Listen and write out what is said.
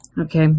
okay